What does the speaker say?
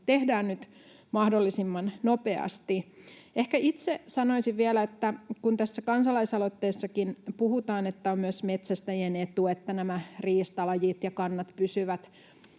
tehdään nyt mahdollisimman nopeasti. Ehkä itse sanoisin vielä, kun tässä kansalaisaloitteessakin puhutaan, että on myös metsästäjien etu, että nämä riistalajit ja kannat pysyvät